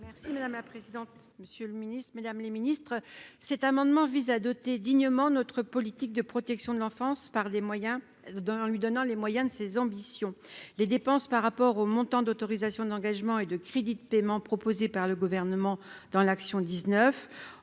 merci madame la présidente. Monsieur le Ministre Mesdames les Ministres, cet amendement vise à doter dignement notre politique de protection de l'enfance, par des moyens derrière lui donnant les moyens de ses ambitions, les dépenses par rapport aux montants d'autorisations d'engagement et de crédits de paiement proposé par le gouvernement dans l'action, 19